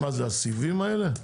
מה זה הסיבים האלה?